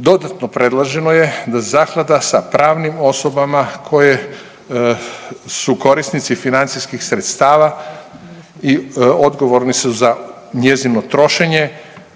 Dodatno predloženo je da zaklada sa pravnim osobama koje su korisnici financijskih sredstava i odgovorni su za njezino trošenje